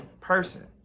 person